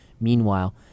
Meanwhile